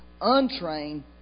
untrained